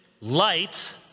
light